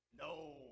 No